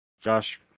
Josh